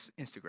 Instagram